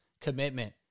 commitment